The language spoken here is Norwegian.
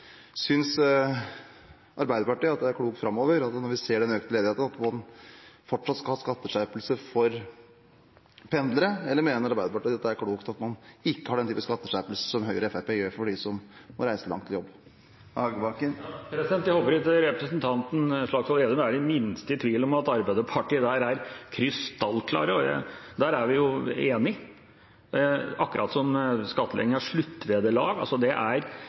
Synes Arbeiderpartiet at det er klokt framover, når vi ser den økte ledigheten, at man fortsatt skal ha skatteskjerpelser for pendlere, eller mener Arbeiderpartiet det er klokt at man ikke har den typen skatteskjerpelser som Høyre og Fremskrittspartiet gjør for dem som må reise langt til jobb? Jeg håper ikke representanten Slagsvold Vedum er det minste i tvil om at Arbeiderpartiet der er krystallklare. Der er vi jo enige, akkurat som ved skattlegging av sluttvederlag. Det er